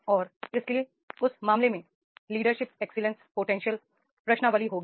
और इसलिए उस मामले में लीडरशिप एक्सीलेंस पोटेंशियल प्रश्नावली होगी